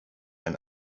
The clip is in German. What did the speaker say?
ein